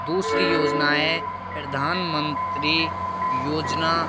दूसरी योजना है प्रधान मंत्री योजना